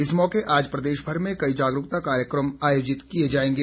इस मौके आज प्रदेशभर में कई जागरूकता कार्यक्रम आयोजित किए जाएंगे